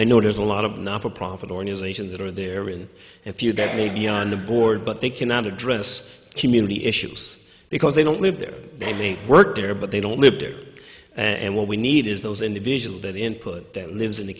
i know there's a lot of not for profit organizations that are there in if you get maybe on the board but they cannot address community issues because they don't live there they may work there but they don't live there and what we need is those individual that input that lives in the